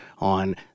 on